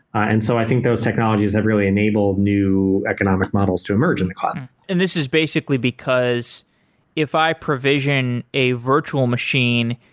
and so i think those technologies have really enabled new economic models to emerge in the cloud and this is basically because if i provision a virtual machine,